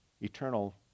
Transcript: eternal